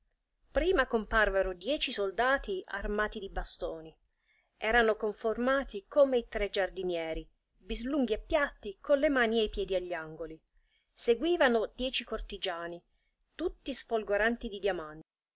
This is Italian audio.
prima comparvero dieci soldati armati di bastoni erano conformati come i tre giardinieri bislunghi e piatti con le mani e i piedi agli angoli seguivano dieci cortigiani tutti sfolgoranti di diamanti